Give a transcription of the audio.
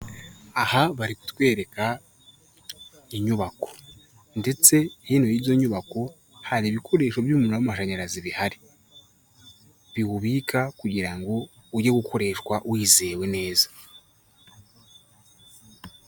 Aha bari kutwereka inyubako ndetse hino yizo nyubako hari ibikoresho by'umuriro w'amashanyarazi bihari biwubika kugira ngo ujye gukoreshwa wizewe neza.